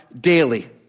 daily